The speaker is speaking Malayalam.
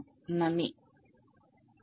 നന്ദി